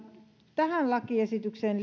tähän lakiesitykseen